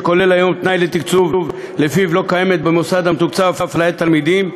שכולל היום תנאי לתקצוב שלפיו לא קיימת במוסד המתוקצב הפליית תלמידים,